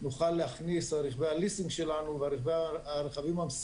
נוכל להכניס ברכבי הליסינג שלנו וברכבים המשימתיים,